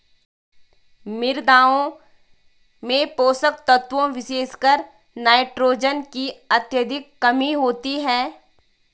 मृदाओं में पोषक तत्वों विशेषकर नाइट्रोजन की अत्यधिक कमी होती है